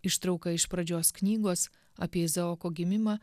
ištrauka iš pradžios knygos apie izaoko gimimą